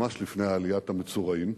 ממש לפני עליית "המצורעים"